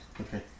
Okay